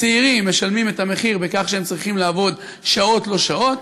הצעירים משלמים את המחיר בכך שהם צריכים לעבוד שעות לא שעות,